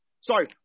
Sorry